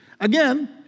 again